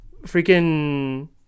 Freaking